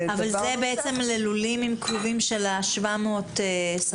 אבל זה בעצם ללולים עם כלובים של ה-700 סנטימטרים.